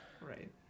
Right